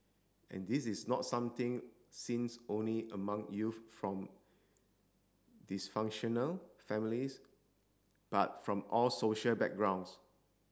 and this is not something seems only among youth from dysfunctional families but from all social backgrounds